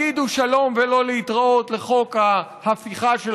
הגידו שלום ולא להתראות לחוק ההפיכה של